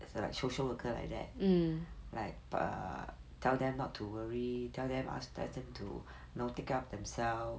as a social worker like that like err tell them not to worry tell them ask them to know take care of themselves